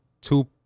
two